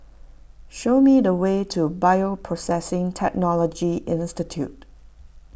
show me the way to Bioprocessing Technology Institute